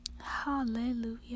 Hallelujah